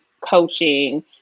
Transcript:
coaching